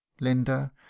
Linda